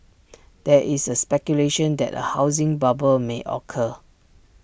there is A speculation that A housing bubble may occur